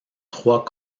trois